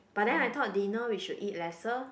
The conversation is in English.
but then I thought dinner we should eat lesser